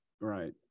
Right